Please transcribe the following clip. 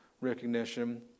recognition